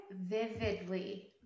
vividly